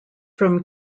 from